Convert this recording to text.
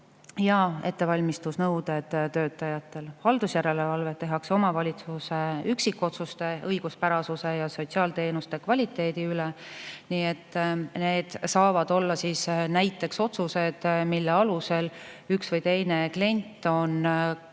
ja ettevalmistusnõuded töötajatele. Haldusjärelevalvet tehakse omavalitsuse üksikotsuste õiguspärasuse ja sotsiaalteenuste kvaliteedi üle. Need saavad olla näiteks otsused, mille alusel üks või teine klient on